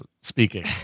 speaking